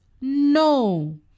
No